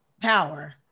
power